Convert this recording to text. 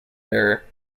error